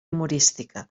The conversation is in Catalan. humorística